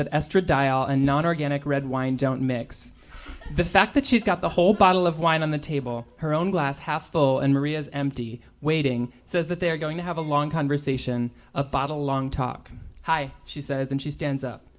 that esther dial and non organic red wine don't mix the fact that she's got the whole bottle of wine on the table her own glass half full and maria's empty waiting says that they're going to have a long conversation about a long talk hi she says and she stands up